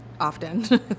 often